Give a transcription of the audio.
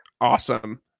Awesome